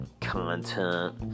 content